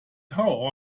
how